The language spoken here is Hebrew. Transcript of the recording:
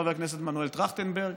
חבר הכנסת מנואל טרכטנברג,